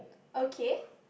okay